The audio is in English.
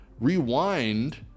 rewind